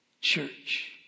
Church